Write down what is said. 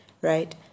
right